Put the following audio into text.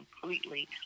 completely